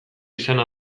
izana